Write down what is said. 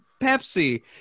Pepsi